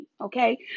okay